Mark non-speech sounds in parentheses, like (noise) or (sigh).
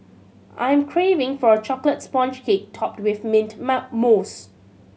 I am craving for a chocolate sponge cake topped with mint (unintelligible) mousse